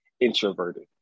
introverted